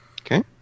Okay